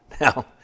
Now